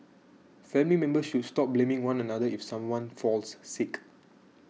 family members should stop blaming one another if someone falls sick